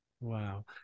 Wow